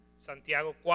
Santiago